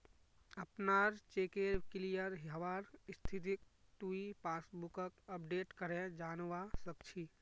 अपनार चेकेर क्लियर हबार स्थितिक तुइ पासबुकक अपडेट करे जानवा सक छी